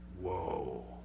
Whoa